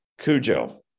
Cujo